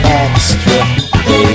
extra